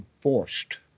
forced